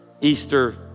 Easter